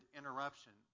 interruption